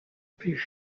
plus